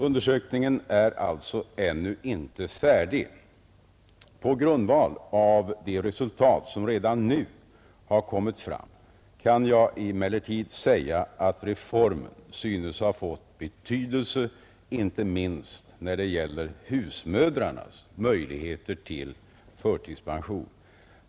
Undersökningen är alltså ännu inte färdig. På grundval av det resultat som redan nu har kommit fram kan jag emellertid säga, att reformen synes ha fått betydelse inte minst när det gäller husmödrarnas möjligheter till förtidspension.